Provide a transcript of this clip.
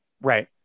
Right